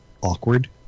awkward